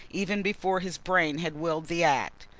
even before his brain had willed the act.